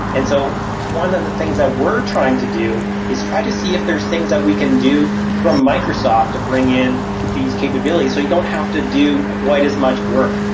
and so one of the things that we're trying to do is try to see if there's things that we can do from microsoft to bring in these capabilities, so you don't have to do quite as much work.